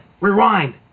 Rewind